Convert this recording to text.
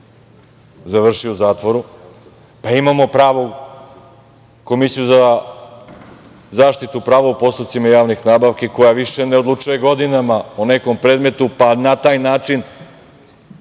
završio u zatvoru. Imamo pravu Komisiju za zaštitu prava u postupcima javnih nabavki koja više ne odlučuje godinama o nekom predmetu, pa na taj način